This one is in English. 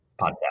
podcast